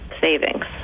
savings